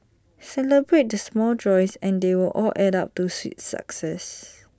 celebrate the small joys and they will all add up to sweet success